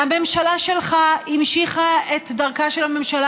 והממשלה שלך המשיכה את דרכה של הממשלה